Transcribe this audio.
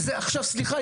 סליחה,